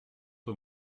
aux